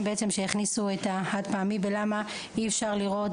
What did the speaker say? שהכניסו את החד פעמי ולמה אי אפשר לראות